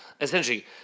essentially